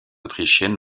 autrichienne